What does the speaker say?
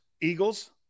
Eagles